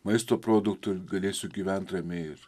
maisto produktų ir galėsiu gyventi ramiai